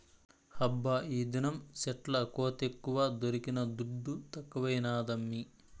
హబ్బా ఈదినం సెట్ల కోతెక్కువ దొరికిన దుడ్డు తక్కువైనాదమ్మీ